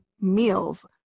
meals